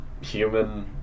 human